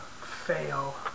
Fail